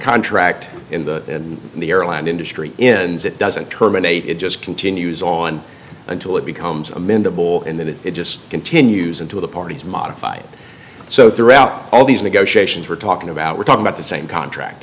contract in the end the airline industry in it doesn't terminate it just continues on until it becomes amendable and then it just continues into the parties modified so throughout all these negotiations we're talking about we're talking about the same contract